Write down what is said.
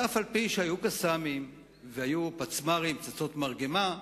ואף-על-פי שהיו "קסאמים" ופצמ"רים, פצצות מרגמה,